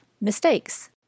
mistakes